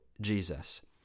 Jesus